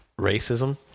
racism